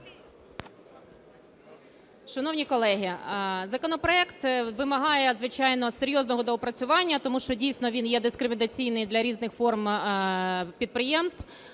Шановні колеги, законопроект вимагає, звичайно, серйозного доопрацювання, тому що, дійсно, він є дискримінаційний для різних форм підприємств.